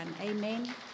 Amen